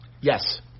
Yes